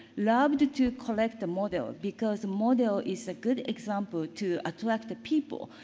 loved the to collect the model because model is a good example to attract the people,